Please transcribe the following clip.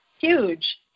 Huge